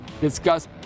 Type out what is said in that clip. discuss